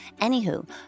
Anywho